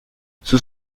sus